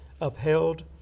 upheld